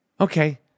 okay